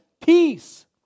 peace